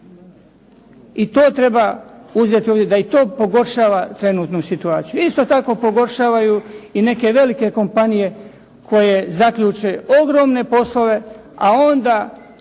I to treba uzeti u obzir da i to pogoršava trenutnu situaciju. Isto tako pogoršavaju i neke velike kompanije koje zaključe ogromne poslove, a onda